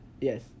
Yes